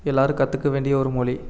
எல்லாரும் கற்றுக்க வேண்டிய ஒரு மொழி